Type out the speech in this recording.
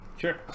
sure